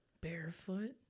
barefoot